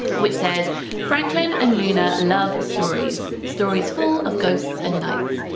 which says franklin and luna love stories stories, full of ghosts and knights.